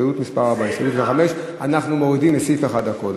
הסתייגות מס' 4 והסתייגות מס' 5. לסעיף 1. אנחנו מורידים מסעיף 1 הכול.